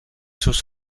seus